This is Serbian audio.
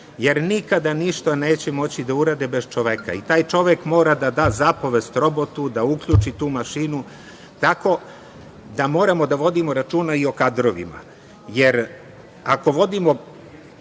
jer nikada ništa neće moći da urade bez čoveka i taj čovek mora da da zapovest robotu da uključi tu mašinu tako da moramo da vodimo računa i o kadrovima. Ako vodimo